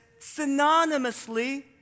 synonymously